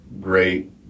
great